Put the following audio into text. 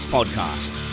Podcast